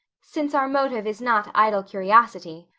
since our motive is not idle curiosity.